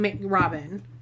Robin